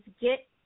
Get